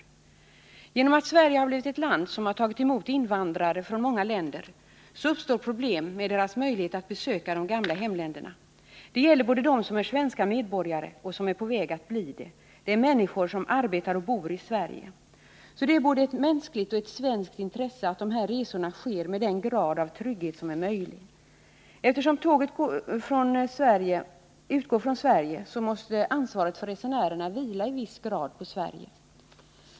På grund av att Sverige har blivit ett land som tagit emot invandrare från många länder uppstår problem med deras möjlighet att besöka de gamla hemländerna. Det gäller både dem som är svenska medborgare och dem som är på väg att bli det. Det är människor som arbetar och bor i Sverige. Det är både ett mänskligt och ett svenskt intresse att de här resorna sker med den grad av trygghet som är möjlig. Eftersom tåget utgår från Sverige så måste ansvaret för resenärerna i viss grad vila på Sverige.